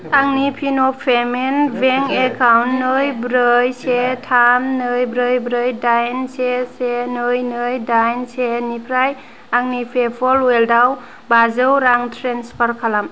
आंनि फिन' payment bank account नै ब्रै से थाम नै ब्रै ब्रै दाइन से से नै नै दाइन से निफ्राय आंनि पेपाल अवालेटाव बाजौ रां ट्रेन्सफार खालाम